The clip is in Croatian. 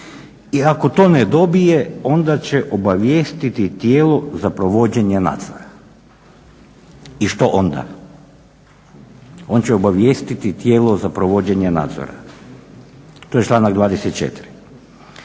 i ako to ne dobije onda će obavijestiti tijelo za provođenje nadzora. I što onda? On će obavijestiti tijelo za provođenje nadzora. To je članak 24.